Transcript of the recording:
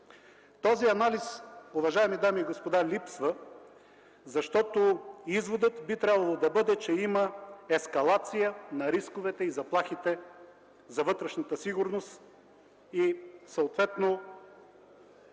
Този анализ, уважаеми дами и господа, липсва, защото изводът би трябвало да бъде, че има ескалация на рисковете и заплахите за вътрешната сигурност и съответно